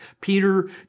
Peter